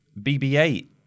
BB-8